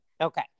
Okay